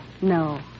No